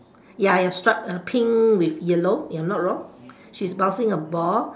ya ya stripe pink with yellow if I am not wrong she is bouncing a ball